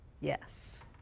Yes